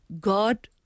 God